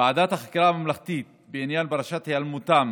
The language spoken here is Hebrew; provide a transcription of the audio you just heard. ועדת החקירה הממלכתית בעניין פרשת היעלמותם